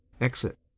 exit